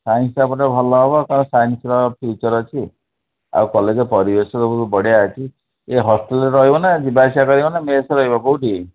ସାଇନ୍ସଟା ପଢ଼ିଲେ ଭଲ ହେବ କାରଣ ସାଇନ୍ସର ଫ୍ୟୁଚର୍ ଅଛି ଆଉ କଲେଜ୍ ପରିବେଶ ସବୁ ବଢ଼ିଆ ଅଛି ଏ ହଷ୍ଟେଲ୍ରେ ରହିବ ନା ଯିବା ଆସିବା କରିବ ନା ମେସ୍ରେ ରହିବ କେଉଁଠି